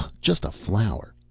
just a flower!